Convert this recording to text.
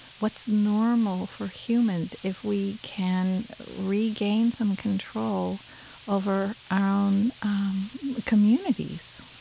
what's normal for humans, if we can regain some control over our own communities